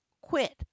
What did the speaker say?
quit